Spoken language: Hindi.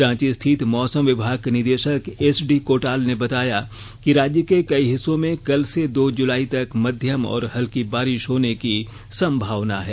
रांची रिथित मौसम विभाग के निदेषक एसडी कोटाल ने बताया कि राज्य के कई हिस्सों में कल से दो जुलाई तक मध्यम और हल्की बारिष होने की संभावना है